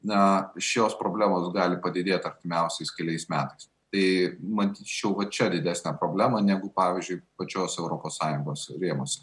na šios problemos gali padidėt artimiausiais keliais metais tai matyčiau va čia didesnę problemą negu pavyzdžiui pačios europos sąjungos rėmuose